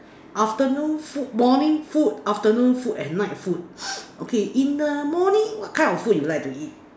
afternoon food morning food afternoon food and night food okay in the morning what kind of food you like to eat